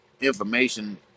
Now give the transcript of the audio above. information